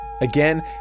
Again